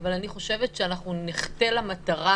אבל אני חושבת שאנחנו נחטא למטרה